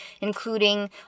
including